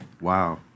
Wow